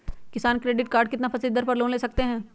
किसान credit card कितना फीसदी दर पर लोन ले सकते हैं?